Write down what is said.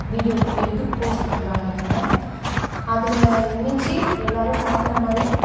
video எடுத்து post பண்றாங்க அதில் அதில் இணைத்து எல்லோரும் பார்க்குற மாதிரி